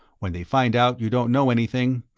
when they find out you don't know anything,